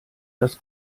das